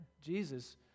Jesus